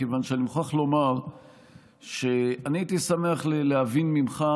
מכיוון שאני מוכרח לומר שאני הייתי שמח להבין ממך,